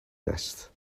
nest